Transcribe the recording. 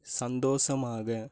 சந்தோஷமாக